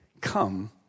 come